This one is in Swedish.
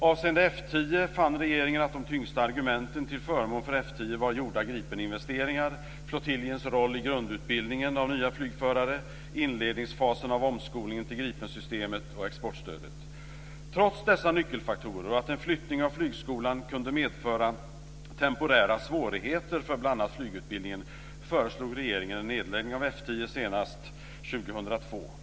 Avseende F 10 fann regeringen att de tyngsta argumenten till förmån för F 10 var gjorda Gripeninvesteringar, flottiljens roll i grundutbildningen av nya flygförare, inledningsfasen av omskolningen till Gripensystemet och exportstödet. Trots dessa nyckelfaktorer och att en flyttning av flygskolan kunde medföra temporära svårigheter för bl.a. flygutbildningen föreslog regeringen en nedläggning av F 10 senast 2002.